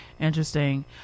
Interesting